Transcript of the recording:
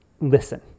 listen